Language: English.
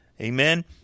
Amen